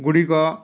ଗୁଡ଼ିକ